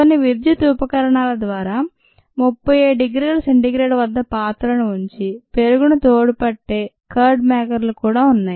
కొన్ని విద్యుత్ ఉపకరణాల ద్వారా 37 డిగ్రీల C వద్ద పాత్రను ఉంచి పెరుగుని తోడుపెట్టే కర్డ్ మేకర్లు కూడా ఉన్నాయి